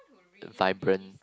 vibrant